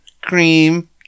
cream